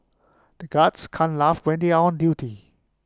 the guards can't laugh when they are on duty